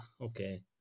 okay